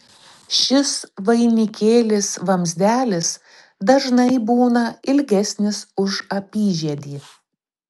šis vainikėlis vamzdelis dažnai būna ilgesnis už apyžiedį